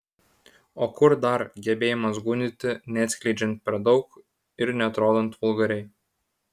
o kur dar gebėjimas gundyti neatskleidžiant per daug ir neatrodant vulgariai